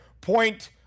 point